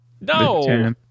No